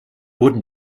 wurden